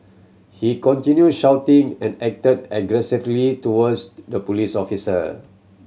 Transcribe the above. he continued shouting and acted aggressively towards the police officer